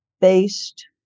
based